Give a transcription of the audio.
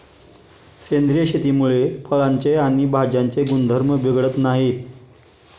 सेंद्रिय शेतीमुळे फळांचे आणि भाज्यांचे गुणधर्म बिघडत नाहीत